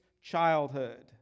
childhood